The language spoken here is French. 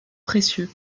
précieux